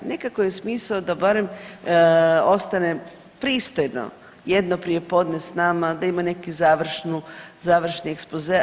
Nekako je smisao da barem ostane pristojno jedno prijepodne sa nama, da ima neki završni ekspoze.